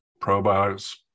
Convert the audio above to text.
probiotics